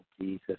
Jesus